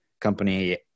company